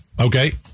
okay